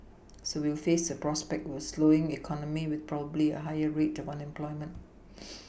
so we will face the prospect were slowing economy with probably a higher rate of unemployment